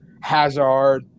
Hazard